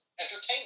Entertainment